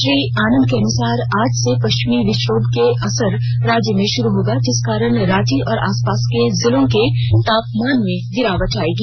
श्री आनंद के अनुसार आज से पश्चिमी विक्षोभ का असर राज्य में शुरू होगा जिस कारण रांची और आसपास के जिलों के तापमान में गिरावट आएगी